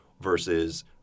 versus